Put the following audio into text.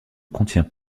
contient